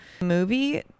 movie